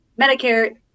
Medicare